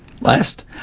last